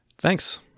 Thanks